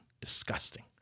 disgusting